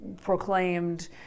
proclaimed